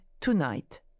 tonight